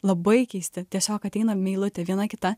labai keisti tiesiog ateina eilutė viena kita